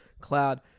Cloud